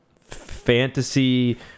fantasy